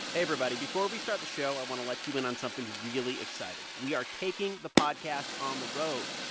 hey, everybody. before we start the show, i want to let you in on something really exciting. we are taking the podcast on the road.